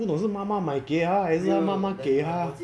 不懂是妈妈买给他还是妈妈给她